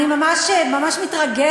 אני ממש מתרגשת,